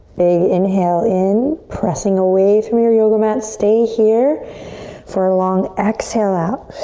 big inhale in, pressing away through your yoga mat, stay here for a long exhale out.